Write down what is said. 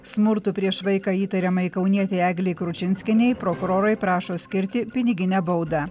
smurtu prieš vaiką įtariamajai kaunietei eglei kručinskienei prokurorai prašo skirti piniginę baudą